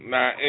Now